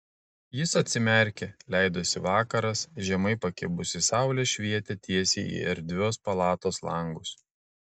jis atsimerkė leidosi vakaras žemai pakibusi saulė švietė tiesiai į erdvios palatos langus